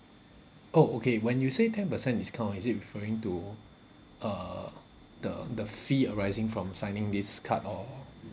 oh okay when you say ten percent discount is it referring to uh the the fee arising from signing this card or